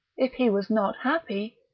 if he was not happy,